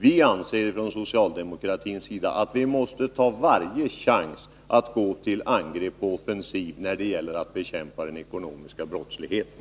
Vi socialdemokrater anser att vi bör ta varje chans att gå till angrepp och offensiv när det gäller att bekämpa den ekonomiska brottsligheten.